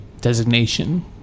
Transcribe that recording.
designation